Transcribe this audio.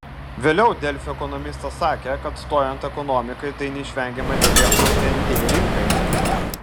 vėliau delfi ekonomistas sakė kad stojant ekonomikai tai neišvengiamai atsilieptų ir nt rinkai